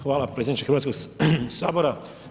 Hvala predsjedniče Hrvatskog sabora.